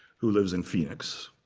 who lives in phoenix,